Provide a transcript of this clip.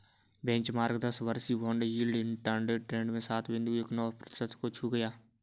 benchmark दस वर्षीय bond yield intraday trade में सात बिंदु एक नौ प्रतिशत को छू गया